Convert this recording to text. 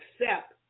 accept